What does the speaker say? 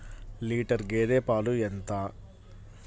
Litre గేదె పాలు ఎంత?